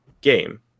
game